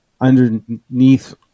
underneath